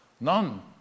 None